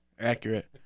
accurate